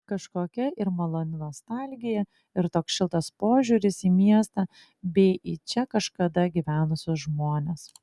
kažkokia ir maloni nostalgija ir toks šiltas požiūris į miestą bei į čia kažkada gyvenusius žmones